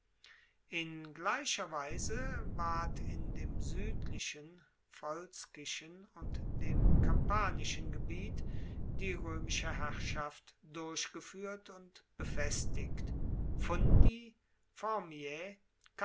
in gleicher weise ward in dem suedlichen volskischen und dem kampanischen gebiet die roemische herrschaft durchgefuehrt und befestigt